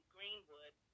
Greenwood